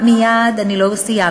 כמה, מייד, אני לא סיימתי.